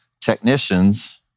technicians